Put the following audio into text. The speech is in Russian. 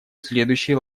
следующий